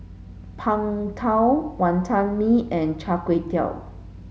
Png Tao Wonton Mee and Char Kway Teow